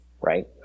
right